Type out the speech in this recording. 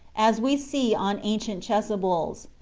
as we see on ancient chasubles.